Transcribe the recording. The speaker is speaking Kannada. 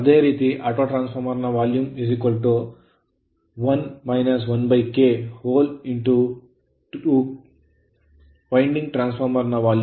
ಈಗ ಅದೇ ರೀತಿ ಆಟೋ ಟ್ರಾನ್ಸ್ ಫಾರ್ಮರ್ ನ volume 1 1 K' 2 winding transformer ನ volume ಆದರೆ K' ವಿ1 ವಿ2 ಅಂದರೆ 138115